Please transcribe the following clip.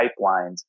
pipelines